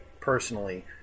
personally